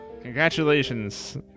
congratulations